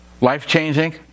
Life-changing